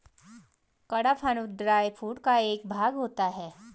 कड़पहनुत dry food का एक भाग होता है